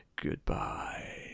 goodbye